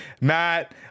Matt